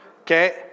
Okay